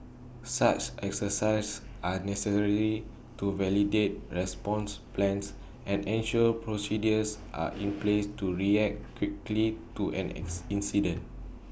such exercises are necessary to validate response plans and ensure procedures are in place to react quickly to an X incident